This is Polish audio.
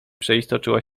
przeistoczyła